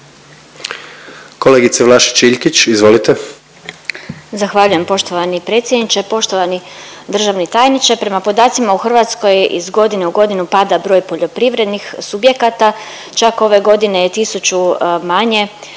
izvolite. **Vlašić Iljkić, Martina (SDP)** Zahvaljujem poštovani predsjedniče. Poštovani državni tajniče, prema podacima u Hrvatskoj iz godine u godinu pada broj poljoprivrednih subjekata, čak ove godine je tisuću manje,